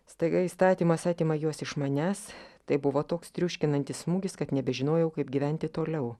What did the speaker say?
staiga įstatymas atima juos iš manęs tai buvo toks triuškinantis smūgis kad nebežinojau kaip gyventi toliau